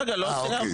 רגע, לא סיימתי.